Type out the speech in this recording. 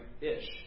Ish